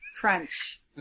crunch